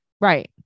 right